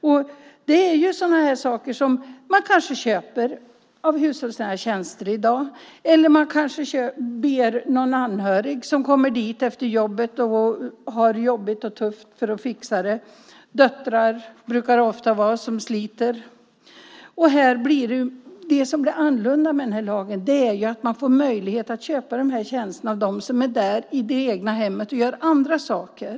I dag kanske man köper hushållsnära tjänster, eller kanske ber man en anhörig som kommer dit efter jobbet och fixar det, en anhörig som redan har det tufft och jobbigt. Ofta är det döttrar som sliter med detta. Det som blir annorlunda med den här lagen är att man får möjlighet att köpa dessa tjänster av dem som är i ens hem och gör andra saker.